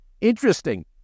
Interesting